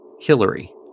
Hillary